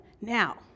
Now